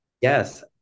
yes